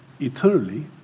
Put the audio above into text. eternally